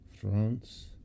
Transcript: France